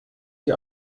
die